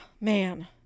man